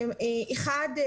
אחד,